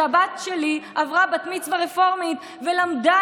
שהבת שלי עברה בת מצווה רפורמית ולמדה